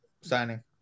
signing